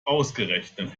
ausgerechnet